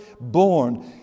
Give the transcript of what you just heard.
born